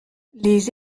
les